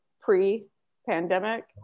pre-pandemic